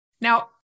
Now